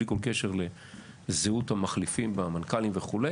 בלי שום קשר לזהות המחליפים והמנכ"לים וכו',